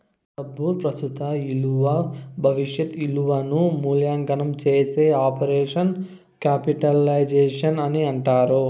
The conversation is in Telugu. డబ్బు ప్రస్తుత ఇలువ భవిష్యత్ ఇలువను మూల్యాంకనం చేసే ఆపరేషన్ క్యాపిటలైజేషన్ అని అంటారు